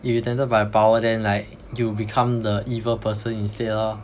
if you tempted by the power then like you become the evil person instead lor